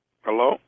Hello